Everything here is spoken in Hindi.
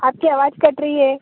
आपकी आवाज़ कट रही है